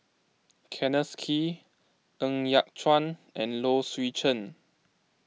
Kenneth Kee Ng Yat Chuan and Low Swee Chen